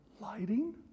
lighting